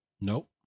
Nope